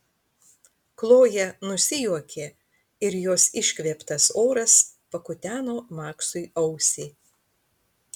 kloja nusijuokė ir jos iškvėptas oras pakuteno maksui ausį